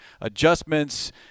adjustments